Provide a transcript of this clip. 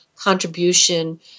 contribution